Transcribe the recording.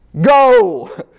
Go